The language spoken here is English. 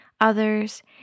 others